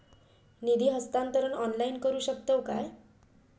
निधी हस्तांतरण ऑनलाइन करू शकतव काय?